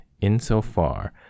insofar